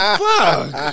fuck